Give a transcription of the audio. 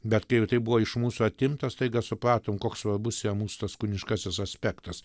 bet kai jau tai buvo iš mūsų atimta staiga supratom koks svarbus jam mūsų tas kūniškasis aspektas